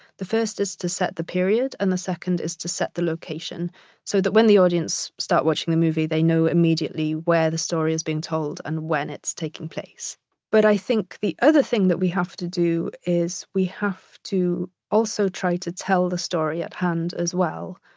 the first is to set the period and the second is to set the location so that when the audience starts watching the movie, they know immediately where the story is being told and when it's taking place but i think the other thing that we have to do is we have to also try to tell the story at hand, as well,